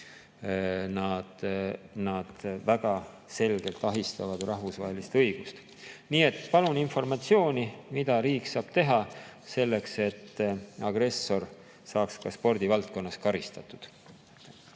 nad väga selgelt ahistavad rahvusvahelist õigust. Nii et palun informatsiooni, mida riik saab teha selleks, et agressor saaks ka spordivaldkonnas karistatud.